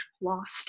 lost